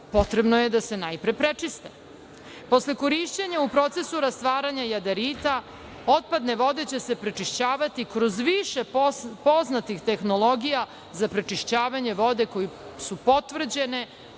potrebno je da se najpre prečiste. Posle korišćenja u procesu rastvaranja jadarita otpadne vode će se prečišćavati kroz više poznatih tehnologija za prečišćavanje vode koje su potvrđene,